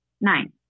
Nine